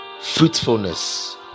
fruitfulness